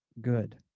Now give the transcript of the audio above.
good